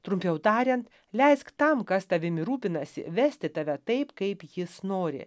trumpiau tariant leisk tam kas tavimi rūpinasi vesti tave taip kaip jis nori